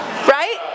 Right